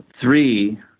Three